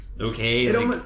okay